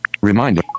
reminder